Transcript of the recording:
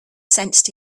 sensed